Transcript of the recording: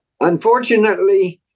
Unfortunately